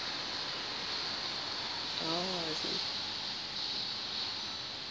oh